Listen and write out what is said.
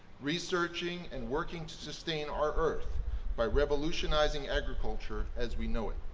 researching and working to sustain our earth by revolutionizing agriculture as we know it.